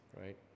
right